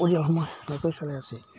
পৰিয়ালসমূহ ভালকৈ চলাই আছে